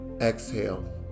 Exhale